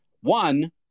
One